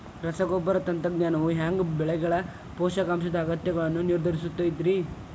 ರಸಗೊಬ್ಬರ ತಂತ್ರಜ್ಞಾನವು ಹ್ಯಾಂಗ ಬೆಳೆಗಳ ಪೋಷಕಾಂಶದ ಅಗತ್ಯಗಳನ್ನ ನಿರ್ಧರಿಸುತೈತ್ರಿ?